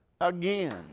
again